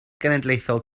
genedlaethol